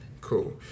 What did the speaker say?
cool